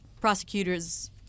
prosecutors